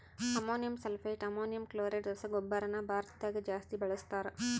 ammonium sulphate, ammonium chloride ರಸಗೊಬ್ಬರನ ಭಾರತದಗ ಜಾಸ್ತಿ ಬಳಸ್ತಾರ